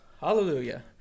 Hallelujah